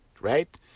right